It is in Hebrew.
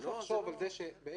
אני